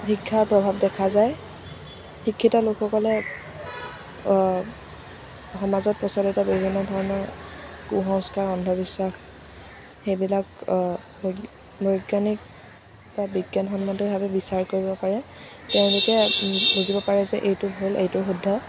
শিক্ষাৰ প্ৰভাৱ দেখা যায় শিক্ষিত লোকসকলে সমাজত প্ৰচলিত বিভিন্ন ধৰণৰ কু সংস্কাৰ অন্ধবিশ্বাস সেইবিলাক বৈজ্ঞানিক বা বিজ্ঞানসন্মতভাৱে বিচাৰ কৰিব পাৰে তেওঁলোকে বুজিব পাৰে যে এইটো ভুল এইটো শুদ্ধ